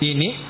Ini